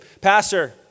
Pastor